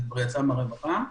זה יצא מהרווחה.